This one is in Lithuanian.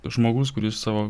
žmogus kuris savo